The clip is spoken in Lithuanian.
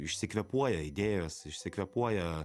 išsikvėpuoja idėjos išsikvėpuoja